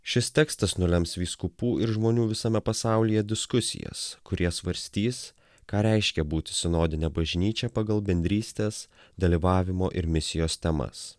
šis tekstas nulems vyskupų ir žmonių visame pasaulyje diskusijas kurie svarstys ką reiškia būti sinodine bažnyčia pagal bendrystės dalyvavimo ir misijos temas